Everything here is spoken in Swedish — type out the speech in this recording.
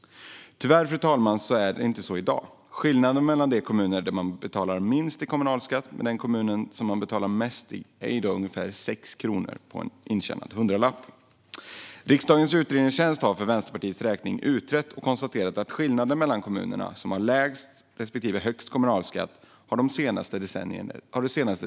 Tyvärr, fru talman, är det inte så i dag. Skillnaden mellan de kommuner där man betalar minst i kommunalskatt och den kommun där man betalar mest är i dag ungefär 6 kronor på en intjänad hundralapp. Riksdagens utredningstjänst har för Vänsterpartiets räkning utrett frågan och konstaterat att skillnaden mellan de kommuner som har lägst respektive högst kommunalskatt det senaste decenniet har ökat.